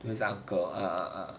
this uncle ah